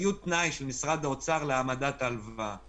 היו תנאי של משרד האוצר להעמדת ההלוואה.